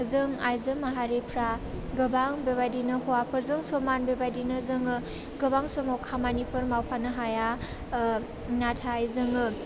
जों आइजो माहारिफ्रा गोबां बेबायदिनो हौवाफोरजों समान बेबायदिनो जोङो गोबां समाव खामानिफोर मावफानो हाया नाथाय जोङो